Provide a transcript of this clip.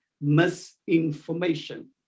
misinformation